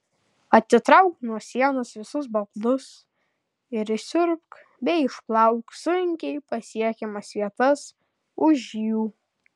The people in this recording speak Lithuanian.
atitrauk nuo sienos visus baldus ir išsiurbk bei išplauk sunkiai pasiekiamas vietas už jų